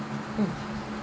mm